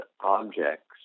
objects